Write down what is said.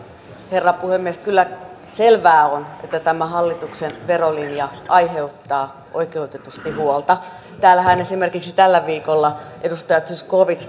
herra puhemies kyllä selvää on että tämä hallituksen verolinja aiheuttaa oikeutetusti huolta täällähän esimerkiksi tällä viikolla edustaja zyskowicz